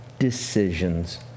Decisions